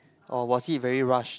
or was he very rush